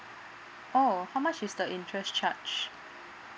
oh how much is the interest charge